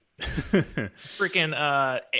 Freaking